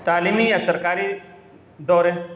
تعلیمی یا سرکاری دورے